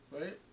right